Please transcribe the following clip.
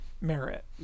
merit